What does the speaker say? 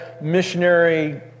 missionary